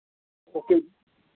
okay ਜੀ